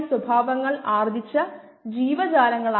അതിനാൽ അത് വ്യക്തമാണ്